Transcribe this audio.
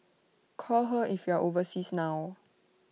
call her if you are overseas now